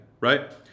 right